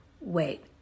wait